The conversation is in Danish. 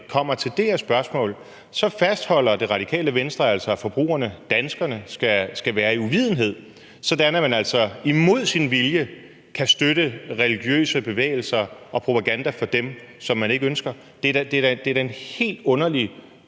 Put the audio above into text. kommer til det her spørgsmål, så fastholder Det Radikale Venstre altså, at forbrugerne, danskerne, skal være i uvidenhed, sådan at man imod sin vilje kan støtte religiøse bevægelser og propaganda for dem, som man ikke ønsker. Det er da en helt underlig